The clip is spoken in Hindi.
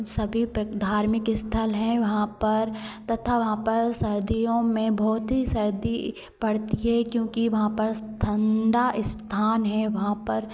सभी धार्मिक अस्थल हैं वहाँ पर तथा वहाँ पर सर्दियों में बहुत ही सर्दी पड़ती है क्योंकि वहाँ पर ठण्डा अस्थान है वहाँ पर